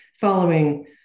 following